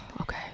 Okay